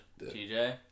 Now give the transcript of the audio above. TJ